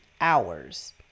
hours